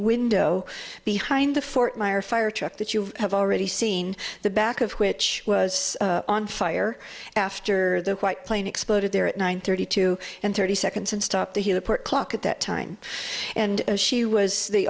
window behind the fort myer fire truck that you have already seen the back of which was on fire after the white plane exploded there at nine thirty two and thirty seconds and stopped the heliport clock at that time and as she was the